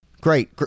Great